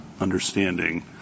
understanding